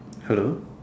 hello